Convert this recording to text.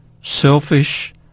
selfish